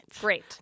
great